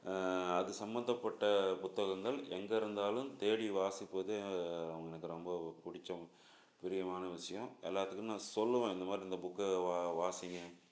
அது சம்மந்தப்பட்ட புத்தகங்கள் எங்கே இருந்தாலும் தேடி வாசிப்பது எனக்கு ரொம்ப பிடிச்ச பிரியமான விஷயம் எல்லாத்துக்குமே நான் சொல்லுவேன் இந்த மாதிரி இந்த புக்கை வா வாசிங்கள்